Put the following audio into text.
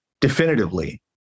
definitively